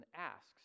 asks